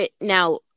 Now